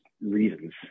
reasons